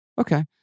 Okay